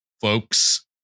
folks